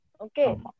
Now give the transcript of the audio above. Okay